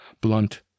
blunt